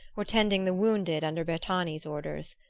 or tending the wounded under bertani's orders.